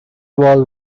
wall